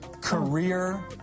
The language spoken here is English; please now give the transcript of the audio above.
career